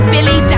Billy